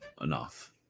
enough